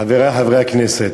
חברי חברי הכנסת,